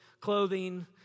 clothing